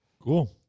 Cool